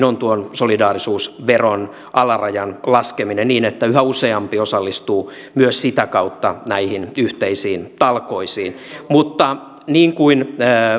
on tuon solidaarisuusveron alarajan laskeminen niin että yhä useampi osallistuu myös sitä kautta näihin yhteisiin talkoisiin mutta niin kuin